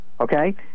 Okay